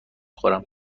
خورم